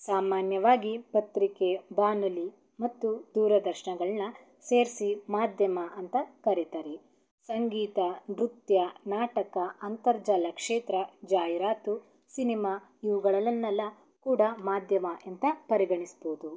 ಸಾಮಾನ್ಯವಾಗಿ ಪತ್ರಿಕೆ ಬಾನುಲಿ ಮತ್ತು ದೂರದರ್ಶನಗಳ್ನ ಸೇರಿಸಿ ಮಾಧ್ಯಮ ಅಂತ ಕರೀತಾರೆ ಸಂಗೀತ ನೃತ್ಯ ನಾಟಕ ಅಂತರ್ಜಾಲ ಕ್ಷೇತ್ರ ಜಾಹೀರಾತು ಸಿನೆಮಾ ಇವುಗಳನ್ನೆಲ್ಲ ಕೂಡ ಮಾಧ್ಯಮ ಅಂತ ಪರಿಗಣಿಸ್ಬೌದು